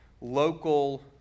local